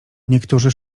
niektórzy